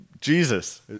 Jesus